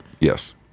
Yes